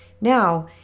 Now